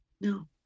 No